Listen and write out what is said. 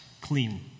Clean